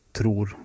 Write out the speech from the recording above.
tror